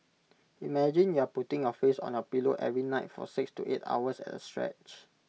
imagine you're putting your face on your pillow every night for six to eight hours at A stretch